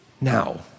now